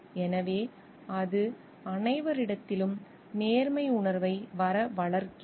எனவே அது அனைவரிடத்திலும் நேர்மை உணர்வை வளர்க்கிறது